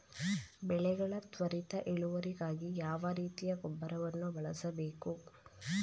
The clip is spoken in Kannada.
ಬೆಳೆಗಳ ತ್ವರಿತ ಇಳುವರಿಗಾಗಿ ಯಾವ ರೀತಿಯ ಗೊಬ್ಬರವನ್ನು ಬಳಸಬೇಕು?